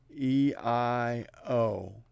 EIO